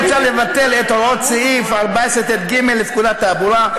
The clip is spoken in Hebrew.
מוצע לבטל את הוראות סעיף 14טו(ג) לפקודת התעבורה,